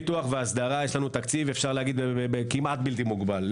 פיתוח והסדרה יש לנו תקציב כמעט בלתי מוגבל.